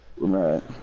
Right